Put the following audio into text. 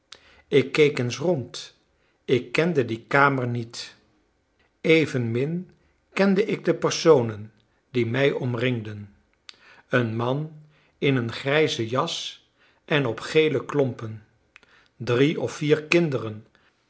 ik keek eens rond ik kende die kamer niet evenmin kende ik de personen die mij omringden een man in een grijze jas en op gele klompen drie of vier kinderen